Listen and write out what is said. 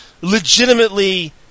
legitimately